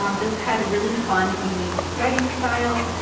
um this had a really fun, unique writing style.